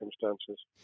circumstances